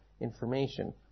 information